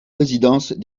résidence